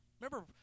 Remember